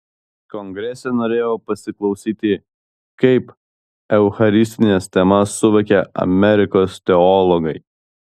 kongrese norėjau pasiklausyti kaip eucharistines temas suvokia amerikos teologai